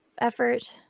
effort